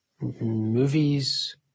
movies